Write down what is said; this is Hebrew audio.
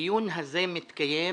הדיון הזה מתקיים